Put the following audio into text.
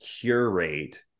curate